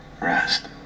rest